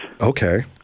Okay